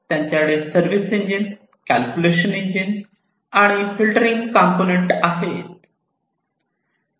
त्यांच्याकडे service engine calculation engine आणि filtering component आहेत